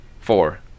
four